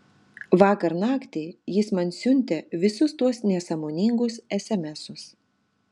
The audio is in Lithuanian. vakar naktį jis man siuntė visus tuos nesąmoningus esemesus